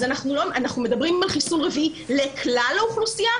אנחנו מדברים על חיסון רביעי לכלל האוכלוסייה?